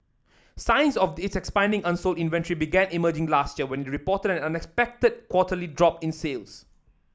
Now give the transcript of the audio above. signs of its expanding unsold inventory began emerging last year when it reported an unexpected quarterly drop in sales